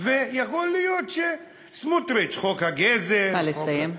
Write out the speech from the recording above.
יכול להיות שסמוטריץ, חוק הגזל, נא לסיים.